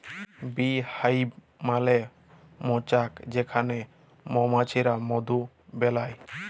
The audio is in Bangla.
বী হাইভ মালে মচাক যেখালে মমাছিরা মধু বেলায়